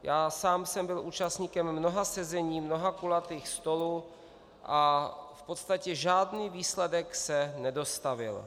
Já sám jsem byl účastníkem mnoha sezení, mnoha kulatých stolů a v podstatě žádný výsledek se nedostavil.